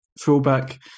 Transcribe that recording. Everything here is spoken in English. fullback